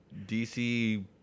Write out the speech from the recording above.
DC